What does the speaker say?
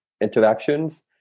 interactions